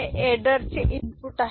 हे एडर चे इनपुट आहे